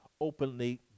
openly